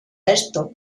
esto